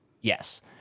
Yes